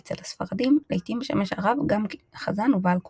אצל הספרדים לעיתים משמש הרב גם חזן ובעל קורא.